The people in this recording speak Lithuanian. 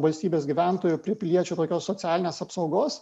valstybės gyventojų prie piliečių tokios socialinės apsaugos